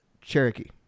Cherokee